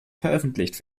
veröffentlicht